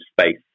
space